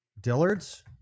Dillard's